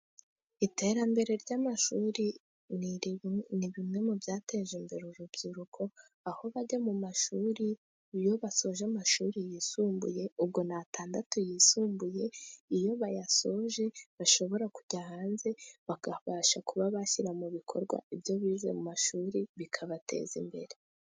Iterambere ry'amashuri ni bimwe mu byateje imbere urubyiruko, aho bajya mu mashuri, iyo basoje amashuri yisumbuye, ubwo ni atandatu yisumbuye. Iyo bayasoje bashobora kujya hanze bakabasha kuba bashyira mu bikorwa ibyo bize mu mashuri bikabateza imbere.